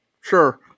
sure